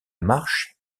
marche